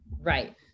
Right